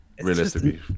realistically